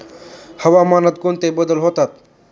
हवामानात कोणते बदल होतात?